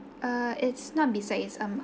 uh it's not beside it's um